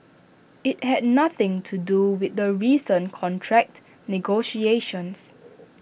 IT had nothing to do with the recent contract negotiations